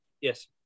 Yes